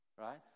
right